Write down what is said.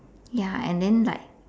ya and then like